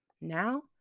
Now